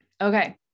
Okay